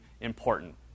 important